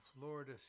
Florida